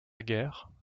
guerre